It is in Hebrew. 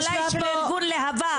אולי של ארגון להב"ה.